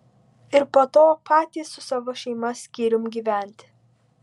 ir po to patys su savo šeima skyrium gyventi